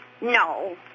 No